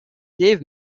gave